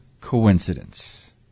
coincidence